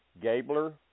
Gabler